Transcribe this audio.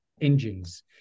engines